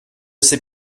sait